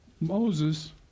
Moses